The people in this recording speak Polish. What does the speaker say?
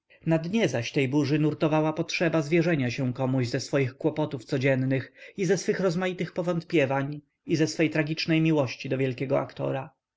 na dnie zaś tej burzy nurtowała potrzeba zwierzenia się komuś ze swych kłopotów codziennych i ze swych rozmaitych powątpiewań i ze swej tragicznej miłości dla wiekiegowielkiego aktora